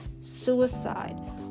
suicide